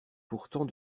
pourtant